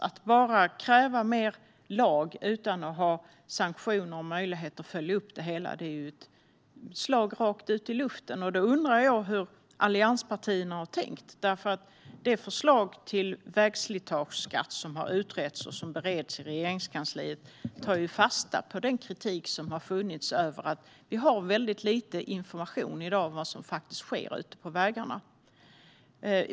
Att bara kräva mer lag utan att ha sanktioner och möjligheter att följa upp det hela är ett slag rakt ut i luften. Därför undrar jag hur allianspartierna har tänkt, för det förslag till vägslitageskatt som har utretts och som bereds i Regeringskansliet tar ju fasta på den kritik som har funnits över att vi i dag har väldigt lite information om vad som faktiskt sker ute på vägarna.